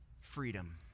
Freedom